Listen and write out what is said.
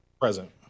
Present